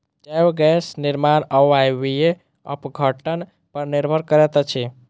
जैव गैस निर्माण अवायवीय अपघटन पर निर्भर करैत अछि